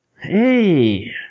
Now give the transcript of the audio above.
Hey